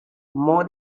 more